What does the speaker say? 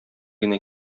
генә